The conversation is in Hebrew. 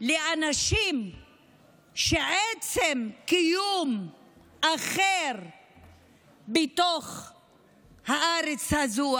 לאנשים שעצם קיום האחר בתוך הארץ הזאת,